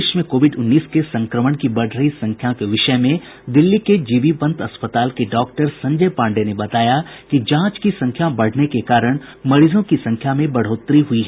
देश में कोविड उन्नीस के संक्रमण की बढ़ रही संख्या के विषय में दिल्ली के जीबी पंत अस्पताल के डॉक्टर संजय पांडेय ने बताया कि जांच की संख्या बढ़ने के कारण मरीजों की संख्या में बढ़ोतरी हुई है